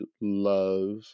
love